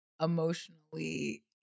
emotionally